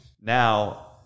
now